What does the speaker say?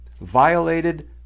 violated